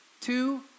Two